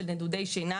של נדודי שינה,